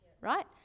right